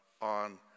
on